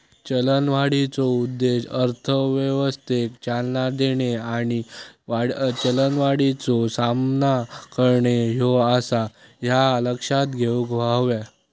चलनवाढीचो उद्देश अर्थव्यवस्थेक चालना देणे आणि चलनवाढीचो सामना करणे ह्यो आसा, ह्या लक्षात घेऊक हव्या